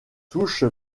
souche